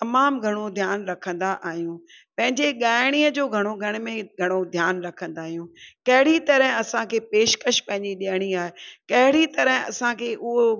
तमामु घणो ध्यानु रखंदा आहियूं पंहिंजे ॻाइणीअ जो घणो घणे में घणो ध्यानु रखंदा आहियूं कहिड़ी तरह असांखे पेशकशि पंहिंजी ॾियणी आहे कहिड़ी तरह असांखे उहो